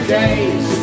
days